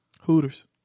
Hooters